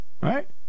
Right